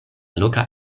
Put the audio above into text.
loka